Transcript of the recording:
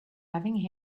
having